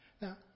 Now